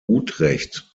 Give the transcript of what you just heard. utrecht